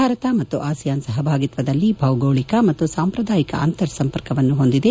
ಭಾರತ ಮತ್ತು ಆಸಿಯಾನ್ ಸಹಭಾಗಿತ್ವದಲ್ಲಿ ಭೌಗೋಳಿಕ ಮತ್ತು ಸಾಂಪ್ರದಾಯಿಕ ಅಂತರ್ ಸಂಪರ್ಕವನ್ನು ಹೊಂದಿದೆ